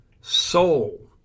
soul